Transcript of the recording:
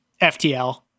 FTL